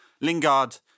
Lingard